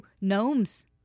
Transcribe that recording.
gnomes